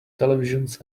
televisions